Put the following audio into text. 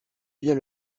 bien